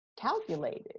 calculated